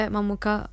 Mamuka